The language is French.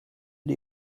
des